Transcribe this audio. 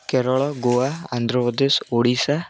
Kerala Goa Andhra Pradesh Odisha